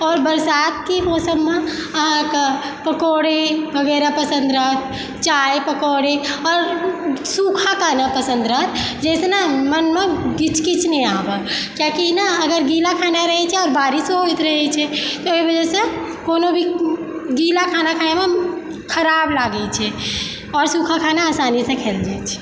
आओर बरसातके मौसममे अहाँकऽ पकौड़े वगैरह पसन्द रहत चाय पकौड़े आओर सूखा खाना पसन्द रहत जाहिसँ न मनमे किच किच नहि आबय किआकि ई नऽ गीला खाना रहैत छै आओर बारिशो होयत रहय छै ओहिमे जे छै से कोनो भी गीला खाना खाएमऽ खराब लागैत छै आओर सूखा खाना आसानीसँ खायल जाइत छै